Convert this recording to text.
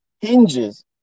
hinges